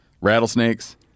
rattlesnakes